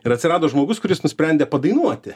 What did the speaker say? ir atsirado žmogus kuris nusprendė padainuoti